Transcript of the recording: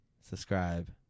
Subscribe